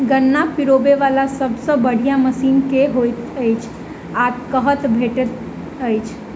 गन्ना पिरोबै वला सबसँ बढ़िया मशीन केँ होइत अछि आ कतह भेटति अछि?